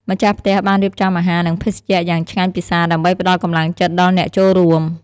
ម្ចាស់ផ្ទះបានរៀបចំអាហារនិងភេសជ្ជៈយ៉ាងឆ្ងាញ់ពិសាដើម្បីផ្តល់កម្លាំងចិត្តដល់អ្នកចូលរួម។